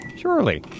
Surely